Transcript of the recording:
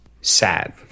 Sad